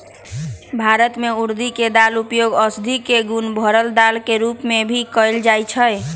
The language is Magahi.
भारत में उर्दी के दाल के उपयोग औषधि गुण से भरल दाल के रूप में भी कएल जाई छई